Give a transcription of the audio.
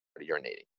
urinating